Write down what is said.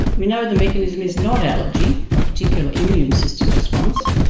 we know the mechanism is not allergy a particular immune system response.